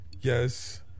yes